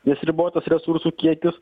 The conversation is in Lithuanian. nes ribotas resursų kiekis